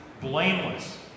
blameless